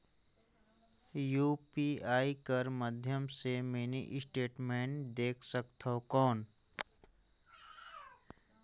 UPI कर माध्यम से मिनी स्टेटमेंट देख सकथव कौन?